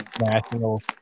national